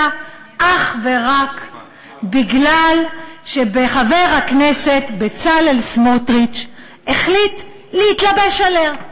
אך ורק בגלל שחבר הכנסת בצלאל סמוטריץ החליט להתלבש עליה.